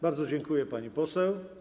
Bardzo dziękuję, pani poseł.